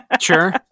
Sure